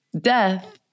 death